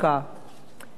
צריך לזכור,